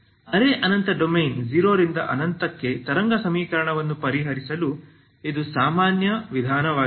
ಅರೆ ಅನಂತ ಡೊಮೇನ್ 0 ರಿಂದ ಅನಂತಕ್ಕೆ ತರಂಗ ಸಮೀಕರಣವನ್ನು ಪರಿಹರಿಸಲು ಇದು ಸಾಮಾನ್ಯ ವಿಧಾನವಾಗಿದೆ